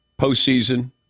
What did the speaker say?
Postseason